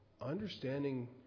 understanding